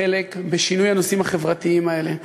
חלק בשינוי הנושאים החברתיים האלה.